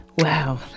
Wow